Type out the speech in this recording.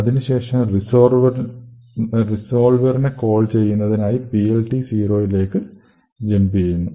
അതിനു ശേഷം റിസോൾവെറിനെ കോൾ ചെയ്യുന്നതിനായി PLT0 യിലേക് ജംപ് ചെയ്യുന്നു